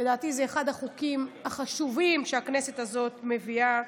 לדעתי, זה אחד החוקים החשובים שהכנסת הזאת מביאה.